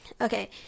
okay